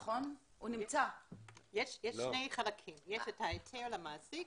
יש שני חלקים יש את ההיתר למעסיק.